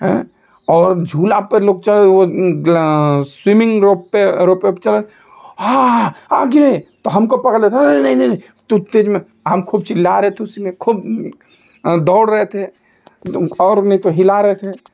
हैं और झूले पर लोग च वह ग्लास स्विमिंग रोपपै रोपपे भी चल आहा आ गिरे तो हमको पकड़ लेता था अरे नहीं नहीं तो तेज़ में हम खूब चिल्ला रहे थे उसी में खूब दौड़ रहे थे तुम और नहीं तो हिला रहे थे